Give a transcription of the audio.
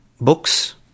books